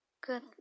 Good